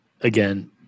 again